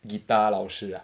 guitar 老师 ah